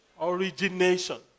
origination